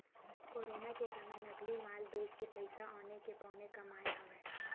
corona के समे नकली माल बेचके पइसा औने के पौने कमाए हवय